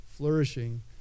flourishing